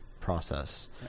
process